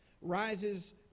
rises